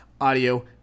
Audio